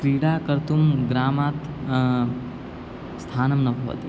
क्रीडा कर्तुं ग्रामात् स्थानं न भवति